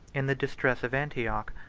in the distress of antioch,